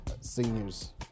Seniors